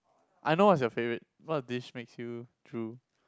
I know what's your favourite what dish makes you drool